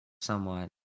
somewhat